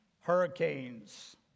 hurricanes